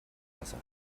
wasser